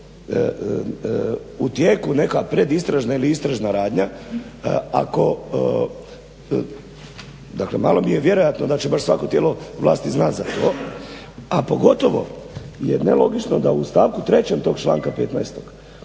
u tijeku neka pred istražna ili istražna radnja ako dakle malo mi je vjerojatno da će baš svako tijelo vlasti znat za to, a pogotovo je nelogično da u stavku trećeg tog članka 15.